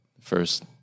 First